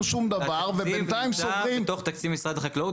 שום דבר ובינתיים סוגרים --- התקציב נמצא בתוך תקציב משרד החקלאות,